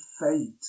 fate